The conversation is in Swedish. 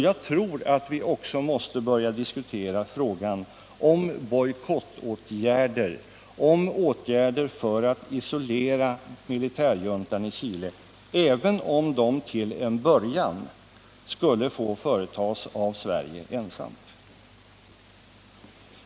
Jag tror att vi också måste börja diskutera frågan om bojkottåtgärder, om åtgärder för att isolera militärjuntan i Chile, även om de till en början skulle få företas av Sverige ensamt.